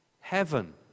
heaven